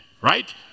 right